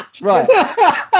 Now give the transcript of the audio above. right